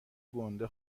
گنده